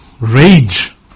rage